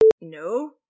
No